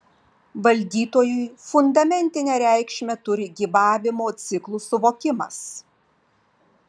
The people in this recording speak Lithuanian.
valdytojui fundamentinę reikšmę turi gyvavimo ciklų suvokimas